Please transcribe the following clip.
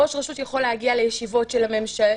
ראש רשות יכול להגיע לישיבות של הממשלה,